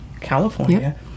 California